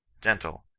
gentle,